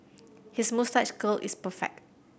his moustache curl is perfect